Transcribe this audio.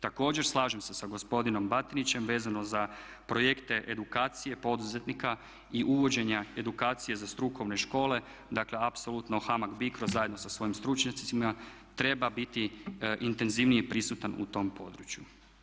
Također, slažem se sa gospodinom Batinićem vezano za projekte edukacije poduzetnika i uvođenja edukacije za strukovne škole, dakle apsolutno HAMAG BICRO zajedno sa svojim stručnjacima treba biti intenzivnije prisutan u tom području.